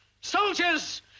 Soldiers